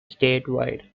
statewide